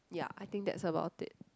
ya I think that's about it